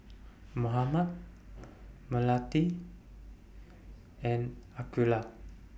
Muhammad Melati and Aqeelah